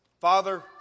Father